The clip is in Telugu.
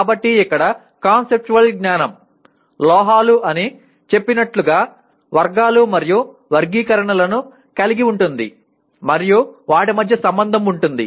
కాబట్టి ఇక్కడ కాన్సెప్చువల్ జ్ఞానం లోహాలు అని చెప్పినట్లుగా వర్గాలు మరియు వర్గీకరణలను కలిగి ఉంటుంది మరియు వాటి మధ్య సంబంధం ఉంటుంది